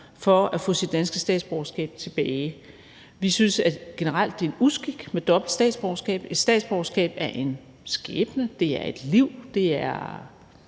for at få sit danske statsborgerskab tilbage. Vi synes generelt, det er en uskik med dobbelt statsborgerskab. Et statsborgerskab er en skæbne, det er et liv, det er